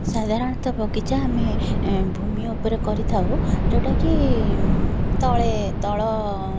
ସାଧାରଣତଃ ବଗିଚା ଆମେ ଭୂମି ଉପରେ କରିଥାଉ ଯେଉଁଟାକି ତଳେ ତଳ